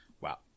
Wow